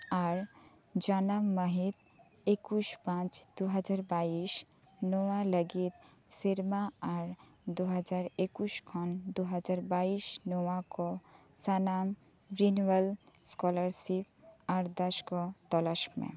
ᱟᱨ ᱡᱟᱱᱟᱢ ᱢᱟᱹᱦᱤᱛ ᱮᱠᱩᱥ ᱯᱟᱸᱪ ᱫᱩᱦᱟᱡᱟᱨ ᱵᱟᱭᱤᱥ ᱱᱚᱶᱟ ᱞᱟᱹᱜᱤᱫ ᱥᱮᱨᱢᱟ ᱟᱨ ᱫᱩᱦᱟᱡᱟᱨ ᱮᱠᱩᱥ ᱠᱷᱚᱱ ᱫᱩᱦᱟᱡᱟᱨ ᱵᱟᱭᱤᱥ ᱱᱚᱣᱟᱠᱚ ᱥᱟᱱᱟᱢ ᱨᱤᱱᱩᱣᱟᱞ ᱥᱠᱚᱞᱟᱨᱥᱤᱯ ᱟᱨᱫᱟᱥᱠᱚ ᱛᱚᱞᱟᱥᱢᱮ